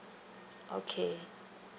okay